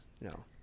no